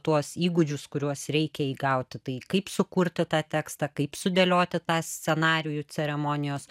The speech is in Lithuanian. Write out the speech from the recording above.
tuos įgūdžius kuriuos reikia įgauti tai kaip sukurti tą tekstą kaip sudėlioti tą scenarijų ceremonijos